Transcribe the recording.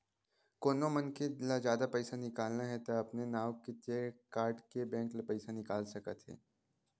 कोनो मनखे ल जादा पइसा निकालना हे त अपने नांव के चेक काटके बेंक ले पइसा निकाल सकत हे